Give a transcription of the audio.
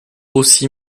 aussi